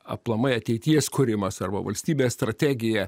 aplamai ateities kūrimas arba valstybės strategija